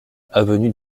avenue